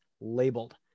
labeled